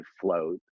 float